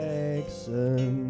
Jackson